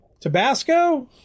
Tabasco